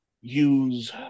use